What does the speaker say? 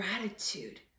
gratitude